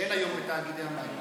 שאין היום בתאגידי המים,